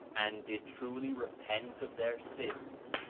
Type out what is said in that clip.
and did truly repent of their sins,